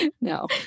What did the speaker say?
no